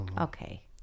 okay